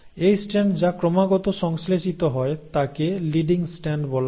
এই স্ট্র্যান্ড যা ক্রমাগত সংশ্লেষিত হয় তাকে লিডিং স্ট্র্যান্ড বলা হয়